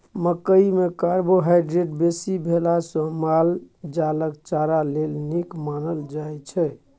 मकइ मे कार्बोहाइड्रेट बेसी भेला सँ माल जालक चारा लेल नीक मानल जाइ छै